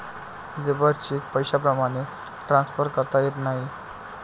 labour cheque पैशाप्रमाणे transfer करता येत नाही